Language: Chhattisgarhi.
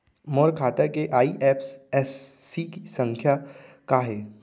मोर खाता के आई.एफ.एस.सी संख्या का हे?